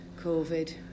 COVID